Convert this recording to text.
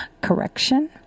Correction